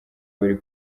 bari